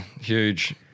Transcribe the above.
huge